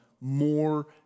more